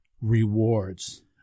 rewards